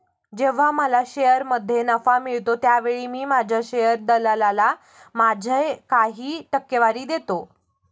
जेव्हा मला शेअरमध्ये नफा मिळतो त्यावेळी मी माझ्या शेअर दलालाला माझी काही टक्केवारी देतो